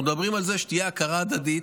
אנחנו מדברים על זה שתהיה הכרה הדדית,